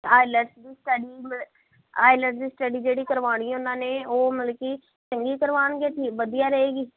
IELTS ਦੀ study ਮੈਂ IELTS ਦੀ ਸਟੱਡੀ ਜਿਹੜੀ ਕਰਵਾਉਣੀ ਉਹਨਾਂ ਨੇ ਉਹ ਮਤਲਬ ਕਿ ਚੰਗੀ ਕਰਵਾਉਣਗੇ ਕੀ ਵਧੀਆ ਰਹੇਗੀ